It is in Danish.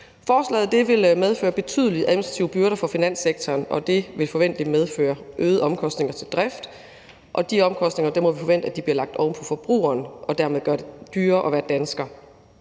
Forslaget vil medføre betydelige administrative byrder for finanssektoren, og det vil forventeligt medføre øgede omkostninger til drift, og de omkostninger må vi forvente bliver lagt over på forbrugeren, og de gør det dermed dyrere at være dansker.